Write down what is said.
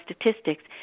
statistics